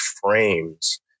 frames